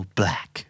black